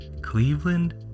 Cleveland